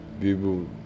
People